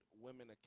Women